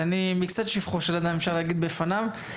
ואני מקצת שבחו של אדם בפניו, אפשר להגיד.